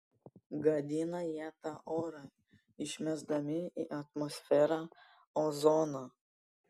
gadina jie tą orą išmesdami į atmosferą ozoną